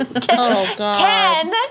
Ken